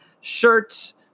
shirts